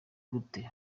gute